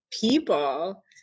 people